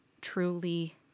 truly